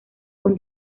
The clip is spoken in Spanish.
con